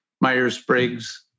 Myers-Briggs